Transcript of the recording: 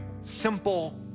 simple